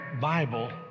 Bible